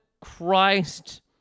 Christ